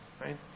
Right